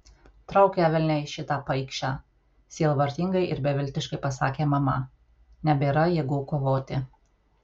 trauk ją velniai šitą paikšę sielvartingai ir beviltiškai pasakė mama nebėra jėgų kovoti